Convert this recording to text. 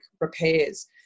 repairs